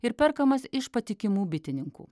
ir perkamas iš patikimų bitininkų